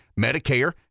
medicare